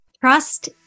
Trust